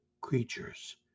creatures